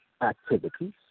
activities